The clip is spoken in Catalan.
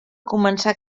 començar